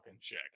check